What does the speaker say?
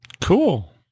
Cool